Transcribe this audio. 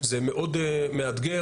זה מאוד מאתגר,